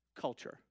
culture